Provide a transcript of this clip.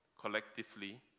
collectively